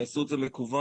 יעשו את זה מקוון,